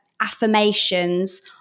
affirmations